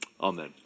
Amen